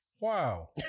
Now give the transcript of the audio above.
Wow